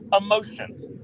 emotions